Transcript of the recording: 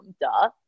Duh